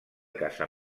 casa